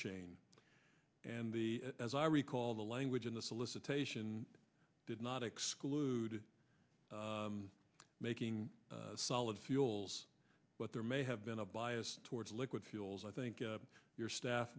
chain and the as i recall the language in the solicitation did not exclude making solid fuels but there may have been a bias towards liquid fuels i think your staff